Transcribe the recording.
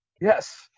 yes